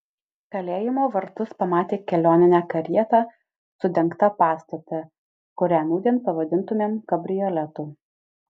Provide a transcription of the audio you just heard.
kalėjimo vartus pamatė kelioninę karietą su dengta pasoste kurią nūdien pavadintumėm kabrioletu